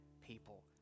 people